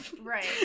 Right